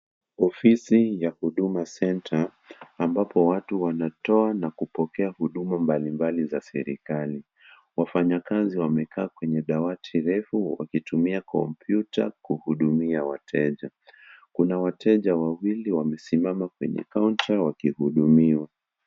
Ofisi, ya Huduma Centre, ambapo watu wanatoa na kupokea huduma mbali mbali za serikali, wafanyakazi wamekaa kwenye dawati refu, wakitumia kompyuta, kuhudumia wateja, kuna wateja wawili wamesimama kwenye kaunta wakihudumiwa.